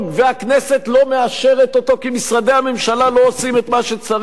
והכנסת לא מאשרת אותו כי משרדי הממשלה לא עושים את מה שצריך,